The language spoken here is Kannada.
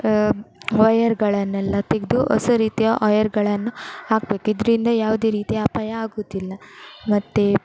ವೈಯರ್ಗಳನ್ನೆಲ್ಲ ತೆಗೆದು ಹೊಸ ರೀತಿಯ ವೈಯರ್ಗಳನ್ನು ಹಾಕಬೇಕು ಇದರಿಂದ ಯಾವುದೇ ರೀತಿಯ ಅಪಾಯ ಆಗೋದಿಲ್ಲ ಮತ್ತೆ